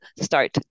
start